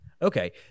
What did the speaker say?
Okay